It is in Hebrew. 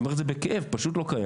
אני אומר את זה בכאב, פשוט לא קיים.